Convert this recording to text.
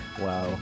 Wow